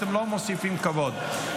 אתם לא מוסיפים כבוד.